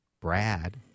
Brad